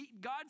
God